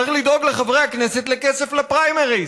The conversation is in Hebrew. צריך לדאוג לחברי הכנסת לכסף לפריימריז,